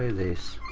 this